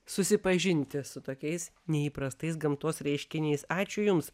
susipažinti su tokiais neįprastais gamtos reiškiniais ačiū jums